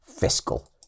fiscal